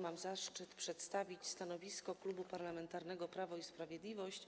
Mam zaszczyt przedstawić stanowisko Klubu Parlamentarnego Prawo i Sprawiedliwość